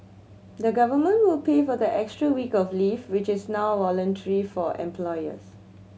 the Government will pay for the extra week of leave which is now voluntary for employers